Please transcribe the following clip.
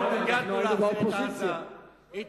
אנחנו